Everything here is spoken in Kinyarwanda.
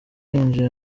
yinjiye